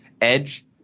edge